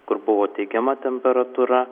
kur buvo teigiama temperatūra